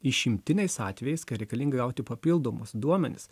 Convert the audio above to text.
išimtiniais atvejais kai reikalinga gauti papildomus duomenis